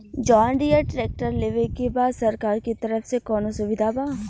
John Deere tractor लेवे के बा सरकार के तरफ से कौनो सुविधा बा?